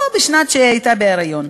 או בשנה שהיא הייתה בהיריון.